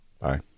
Bye